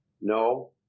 No